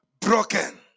broken